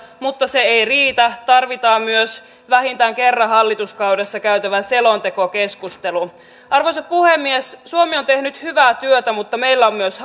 mutta se ei riitä tarvitaan myös vähintään kerran hallituskaudessa käytävä selontekokeskustelu arvoisa puhemies suomi on tehnyt hyvää työtä mutta meillä on myös